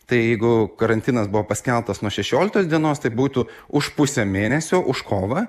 tai jeigu karantinas buvo paskelbtas nuo šešioliktos dienos tai būtų už pusę mėnesio už kovą